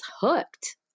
hooked